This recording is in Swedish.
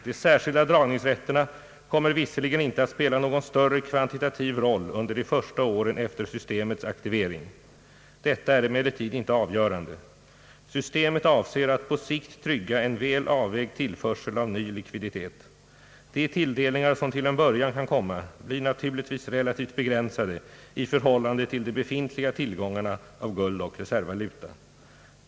De särskilda dragningsrätterna kommer visserligen inte att spela någon större kvantitativ roll under de första åren efter systemets aktivering. Detta är emellertid inte avgörande. Systemet avser att på sikt trygga en väl avvägd tillförsel av ny likviditet. De tilldelningar, som till en början kan komma, blir naturligtvis relativt begränsade i förhållande till de befintliga tillgångarna av guld och reservvaluta.